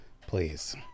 Please